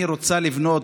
אני רוצה לבנות,